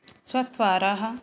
चत्वारः